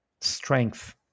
strength